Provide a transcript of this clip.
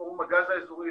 פורום הגז האזורי,